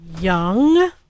young